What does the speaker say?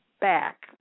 back